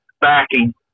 backing